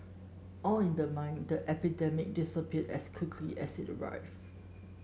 all in the mind The epidemic disappeared as quickly as it arrived